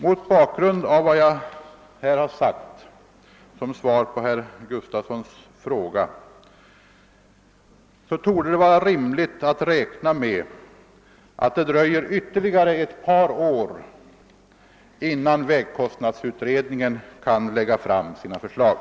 Mot bakgrund av vad jag här har sagt torde det framstå som rimligt att räkna med att det dröjer ytterligare ett par år innan vägkostnadsutredningen kan lägga fram sina förslag.